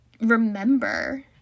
remember